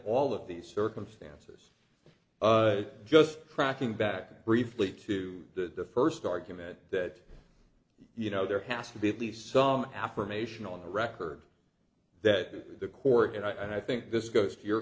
all of these circumstances just cracking back briefly to the first argument that you know there has to be at least some affirmation on the record that the court and i think this goes to your